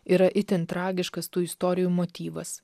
yra itin tragiškas tų istorijų motyvas